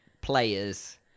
players